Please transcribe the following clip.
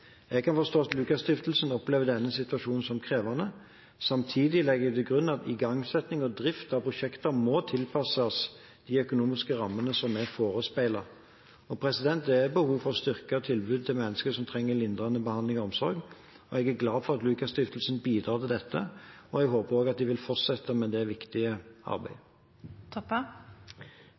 Jeg kan forstå at Lukas Stiftelsen opplever denne situasjonen som krevende. Samtidig legger jeg til grunn at igangsetting og drift av prosjekter må tilpasses de økonomiske rammene som er forespeilet. Det er behov for å styrke tilbudet til mennesker som trenger lindrende behandling og omsorg. Jeg er glad for at Lukas Stiftelsen bidrar til dette, og jeg håper også de vil fortsette med dette viktige